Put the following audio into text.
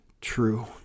true